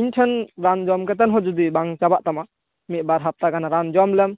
ᱤᱧᱴᱷᱮᱱ ᱨᱟᱱ ᱡᱚᱢ ᱠᱟᱛᱮᱱ ᱦᱚ ᱡᱩᱫᱤ ᱵᱟᱝ ᱪᱟᱵᱟᱜ ᱛᱟᱢᱟ ᱱᱤᱭᱟᱹ ᱵᱟᱨ ᱦᱟᱯᱛᱟ ᱜᱟᱱ ᱨᱟᱱ ᱡᱚᱢᱞᱮᱢ